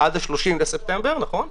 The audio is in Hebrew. עד ה-30 בספטמבר, נכון.